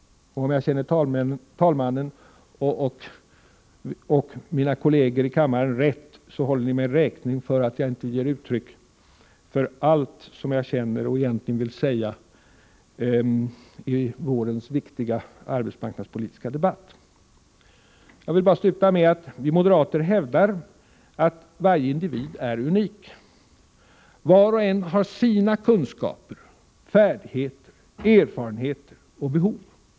Om jag känner talmannen och mina kolleger i kammaren rätt håller ni mig räkning för att jag inte ger uttryck för allt jag känner och egentligen vill säga i vårens viktiga arbetsmarknadspolitiska debatt. Jag vill bara sluta med att vi moderater hävdar att varje individ är unik. Var och en har sina kunskaper, färdigheter, erfarenheter och behov.